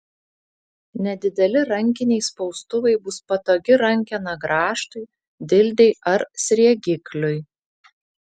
nedideli rankiniai spaustuvai bus patogi rankena grąžtui dildei ar sriegikliui